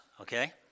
okay